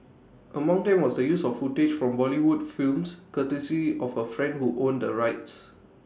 among them was the use of footage from Bollywood films courtesy of A friend who owned the rights